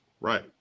right